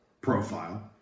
profile